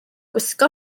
gwisgo